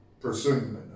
pursuing